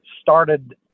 started